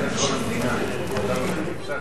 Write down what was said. כהצעת הוועדה, נתקבל.